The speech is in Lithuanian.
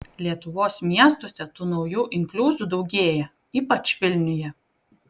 lietuvos miestuose tų naujų inkliuzų daugėja ypač vilniuje